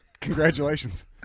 Congratulations